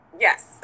Yes